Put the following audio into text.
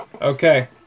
Okay